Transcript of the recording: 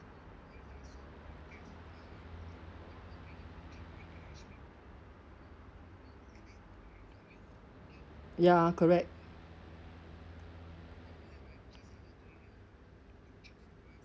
ya correct